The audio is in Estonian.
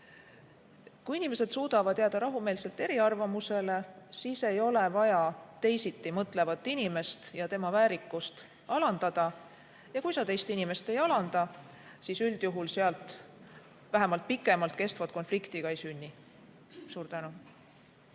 Kui inimesed suudavad jääda rahumeelselt eriarvamusele, siis ei ole vaja teisiti mõtlevat inimest ja tema väärikust alandada. Kui sa teist inimest ei alanda, siis vähemalt üldjuhul sealt pikemalt kestvat konflikti ka ei sünni. Aitäh!